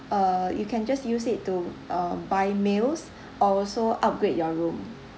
uh you can just use it to uh buy meals or also upgrade your room